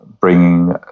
bringing